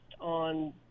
on